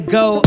go